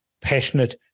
passionate